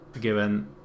given